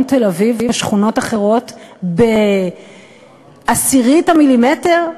תל-אביב ושכונות אחרות בעשירית המילימטר?